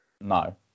No